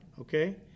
okay